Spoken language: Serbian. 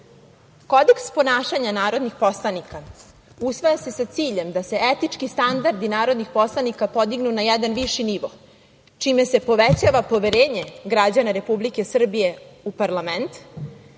EU.Kodeks ponašanja narodnih poslanika usvaja se sa ciljem da se etički standardi narodnih poslanika podignu na jedan viši nivo čime se povećava poverenje građana Republike Srbije u parlament